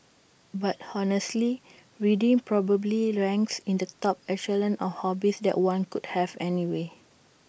but honestly reading probably ranks in the top echelon of hobbies that one could have anyway